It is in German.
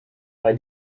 bei